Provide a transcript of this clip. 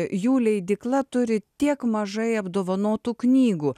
jų leidykla turi tiek mažai apdovanotų knygų